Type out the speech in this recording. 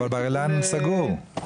אבל בר-אילן סגור.